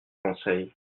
conseil